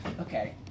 Okay